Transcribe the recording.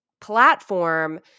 platform